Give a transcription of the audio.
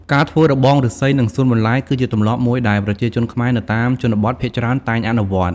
ការធ្វើរបងឬស្សីនិងសួនបន្លែ គឺជាទម្លាប់មួយដែលប្រជាជនខ្មែរនៅតាមជនបទភាគច្រើនតែងអនុវត្ត។